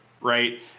right